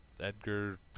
Edgar